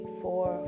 four